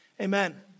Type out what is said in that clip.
Amen